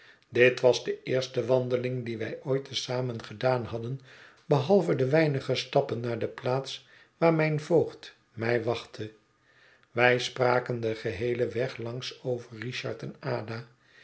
dit was de eerste wandeling die wij ooit te zamen gedaan hadden behalve de weinige stappen naar de plaats waar mijn voogd mij wachtte wij spraken den geheelen weg langs over richard en ada